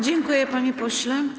Dziękuję, panie pośle.